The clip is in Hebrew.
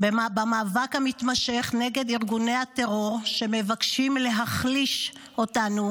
במאבק המתמשך נגד ארגוני הטרור שמבקשים להחליש אותנו,